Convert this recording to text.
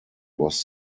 was